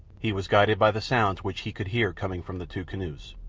he was guided by the sounds which he could hear coming from the two canoes.